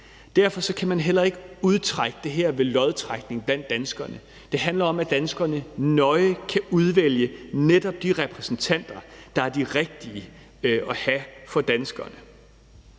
Derfor kan man heller ikke udtrække det ved lodtrækning blandt danskerne. Det handler om, at danskerne nøje kan udvælge netop de repræsentanter, der er de rigtige at have for danskerne.